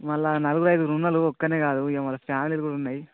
మళ్ళా నలుగురు ఐదుగురు ఉన్నాలు ఒక్కడినే కాదు ఇక మళ్ళా ఫ్యామిలీలు కూడా ఉన్నాయి